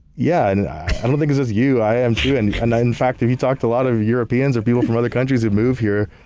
yeah, and i don't think it's just you, i am too. and and in fact, if you talk to a lot of europeans, or people from other countries that move here,